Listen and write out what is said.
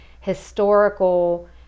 historical